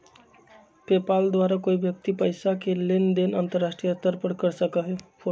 PayPal के द्वारा कोई व्यक्ति पैसा के लेन देन अंतर्राष्ट्रीय स्तर पर कर सका हई